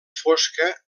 fosca